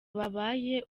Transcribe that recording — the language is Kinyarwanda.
babaye